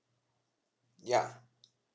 ya